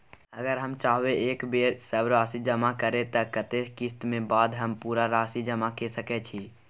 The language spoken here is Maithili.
अगर हम चाहबे एक बेर सब राशि जमा करे त कत्ते किस्त के बाद हम पूरा राशि जमा के सके छि?